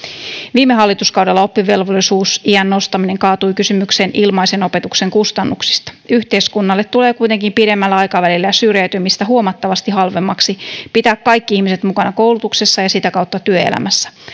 viime hallituskaudella oppivelvollisuusiän nostaminen kaatui kysymykseen ilmaisen opetuksen kustannuksista yhteiskunnalle tulee kuitenkin pidemmällä aikavälillä syrjäytymistä huomattavasti halvemmaksi pitää kaikki ihmiset mukana koulutuksessa ja sitä kautta työelämässä